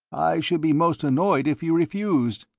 i should be most annoyed if you refused.